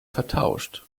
vertauscht